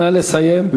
נא לסיים.